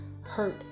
hurt